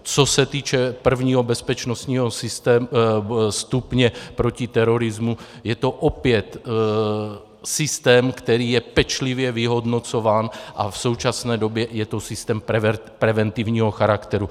Co se týče prvního bezpečnostního stupně proti terorismu, je to opět systém, který je pečlivě vyhodnocován, a v současné době je to systém preventivního charakteru.